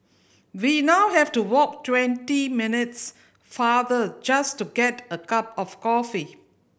we now have to walk twenty minutes farther just to get a cup of coffee